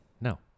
No